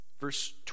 Verse